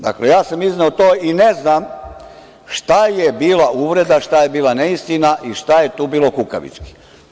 Dakle, ja sam izneo to i ne znam šta je bila uvreda i šta je bila neistina i šta je tu bilo kukavički.